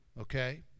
okay